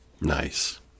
Nice